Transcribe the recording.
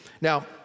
Now